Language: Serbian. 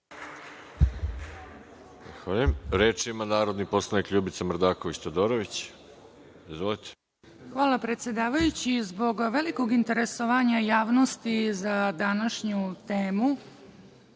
Hvala, predsedavajući. Zbog velikog interesovanja javnosti za današnju temu,